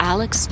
Alex